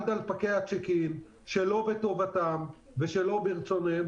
דלפקי הצ'ק-אין שלא בטובתם ושלא ברצונם.